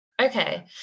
Okay